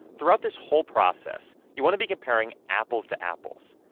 throughout this whole process, you want to be comparing apples to apples.